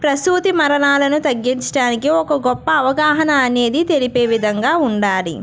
ప్రసూతి మరణాలను తగ్గించడానికి ఒక గొప్ప అవగాహనా అనేది తెలిపే విధంగా ఉండాలి